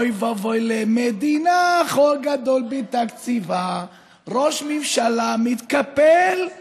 // אוי ואבוי למדינה / חור גדול בתקציבה / ראש ממשלה מתקפל /